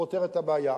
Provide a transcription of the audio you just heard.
פותר את הבעיה,